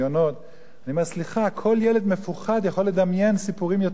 כל ילד מפוחד יכול לדמיין סיפורים יותר מזעזעים מאשר אתם כותבים.